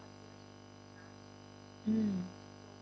mm